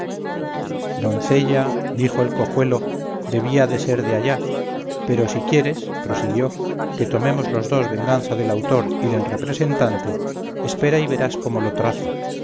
de dinamarca doncella dijo el cojuelo debía de ser de allá pero si quieres prosiguió que tomemos los dos venganza del autor y del representante espera y verás cómo lo trazo